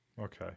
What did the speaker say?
okay